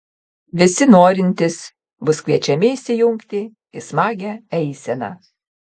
visi norintys bus kviečiami įsijungti į smagią eiseną